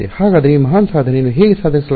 ಹಾಗಾದರೆ ಈ ಮಹಾನ್ ಸಾಧನೆಯನ್ನು ಹೇಗೆ ಸಾಧಿಸಲಾಗುತ್ತದೆ